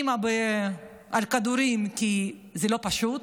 אימא על כדורים, כי זה לא פשוט: